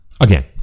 again